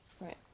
right